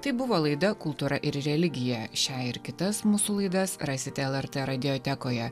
tai buvo laida kultūra ir religija šią ir kitas mūsų laidas rasite lrt radijotekoje